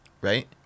right